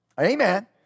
Amen